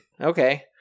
okay